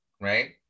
right